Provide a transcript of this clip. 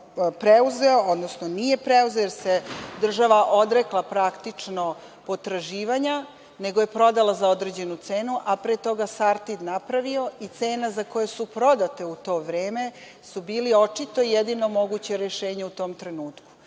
preuzeo, odnosno nije preuzeo, jer se država odrekla praktično potraživanja, nego je prodala za određenu cenu, a pre toga „Sartid“ napravio i cena za koje su prodate u to vreme, su bili očito jedino moguće rešenje u tom trenutku.